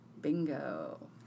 Bingo